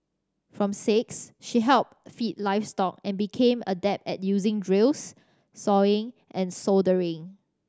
from six she helped feed livestock and became adept at using drills sawing and soldering